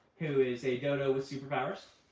who is a dodo with superpowers.